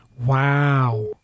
Wow